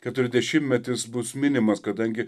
keturiasdešimtmetis bus minimas kadangi